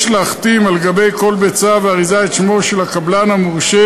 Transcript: יש להחתים על-גבי כל ביצה ואריזה את שמו של הקבלן המורשה